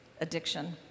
addiction